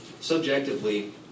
Subjectively